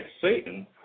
Satan